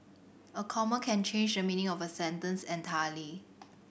a comma can change the meaning of a sentence entirely